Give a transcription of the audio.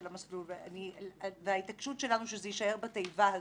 המסלול וההתעקשות שלנו שזה יישאר בתיבה הזו: